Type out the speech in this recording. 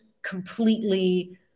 completely